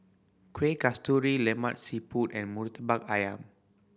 Kuih Kasturi Lemak Siput and Murtabak Ayam